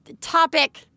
topic